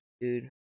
dude